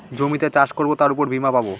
জমিতে চাষ করবো তার উপর বীমা পাবো